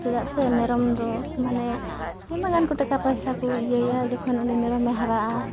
ᱪᱮᱫᱟᱜ ᱥᱮ ᱢᱮᱨᱚᱢᱫᱚ ᱢᱟᱱᱮ ᱟᱭᱢᱟᱜᱟᱱ ᱠᱚ ᱴᱟᱠᱟ ᱯᱟᱭᱥᱟᱠᱚ ᱤᱭᱟᱹᱭᱟ ᱡᱚᱠᱷᱚᱱ ᱩᱱᱤ ᱢᱮᱨᱚᱢᱮ ᱦᱟᱨᱟᱜᱼᱟ